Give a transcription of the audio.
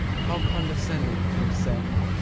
how condescending to descend,